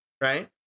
right